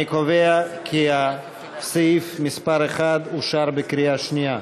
אני קובע כי סעיף מס' 1 אושר בקריאה שנייה.